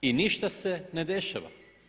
I ništa se ne dešava.